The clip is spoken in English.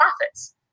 profits